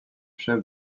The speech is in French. chef